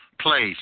place